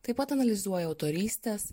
taip pat analizuoja autorystės